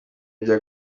bya